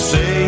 Say